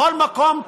בכל מקום,